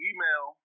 Email